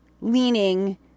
leaning